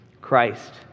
Christ